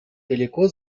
далеко